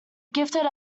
gifted